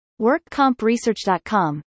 WorkCompResearch.com